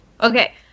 Okay